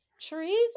Trees